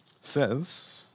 says